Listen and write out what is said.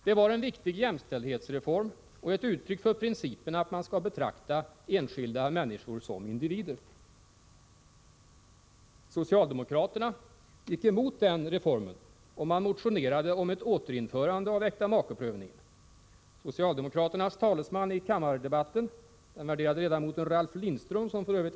Det var en viktig jämställdhetsreform och ett uttryck för principen att man skall betrakta enskilda människor som individer. Socialdemokraterna gick emot den reformen, och de motionerade om ett återinförande av äktamakeprövningen. Socialdemokraternas talesman i kammardebatten, den värderade ledamoten Ralf Lindström som f.ö.